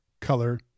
color